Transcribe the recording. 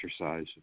exercise